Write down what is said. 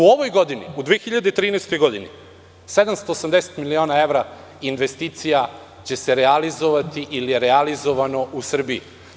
U ovoj godini, u 2013. godini, 780.000.000 evra investicija će se realizovati ili je realizovano u Srbiji.